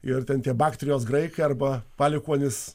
ir ten tie baktrijos graikai arba palikuonys